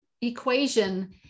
equation